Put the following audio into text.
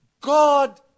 God